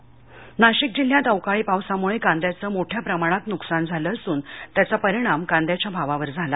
कांदा नाशिक नाशिक जिल्ह्यात अवकाळी पावसामुळे कांद्याचे मोठ्या प्रमाणात नुकसान झालं असून त्याचा परिणाम कांद्याच्या भावावर झाला